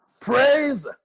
praise